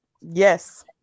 Yes